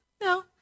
no